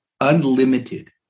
unlimited